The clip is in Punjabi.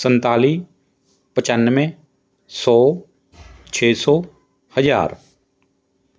ਸੰਤਾਲੀ ਪਚਾਨਵੇਂ ਸੌ ਛੇ ਸੌ ਹਜ਼ਾਰ